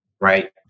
right